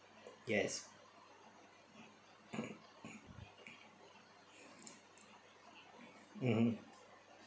yes mmhmm